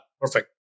Perfect